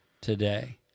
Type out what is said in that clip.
today